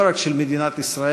לא רק של מדינת ישראל,